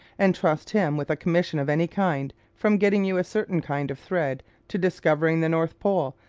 entrust him with a commission of any kind, from getting you a certain kind of thread to discovering the north pole,